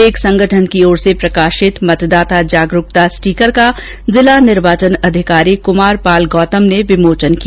एक संगठन की ओर से प्रकाशित मतदाता जागरूकता स्टीकरण का जिला निर्वाचन अधिकारी कुमारपाल गौतम ने विमोचन किया